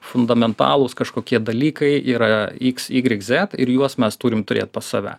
fundamentalūs kažkokie dalykai yra x y z ir juos mes turim turėt pas save